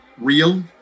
real